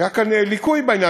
היה ליקוי בעניין.